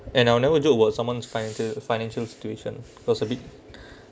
and I'll never joke about someone's financial financial situation cause a bit